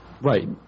Right